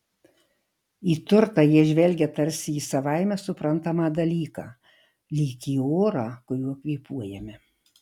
į turtą jie žvelgia tarsi į savaime suprantamą dalyką lyg į orą kuriuo kvėpuojame